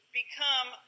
become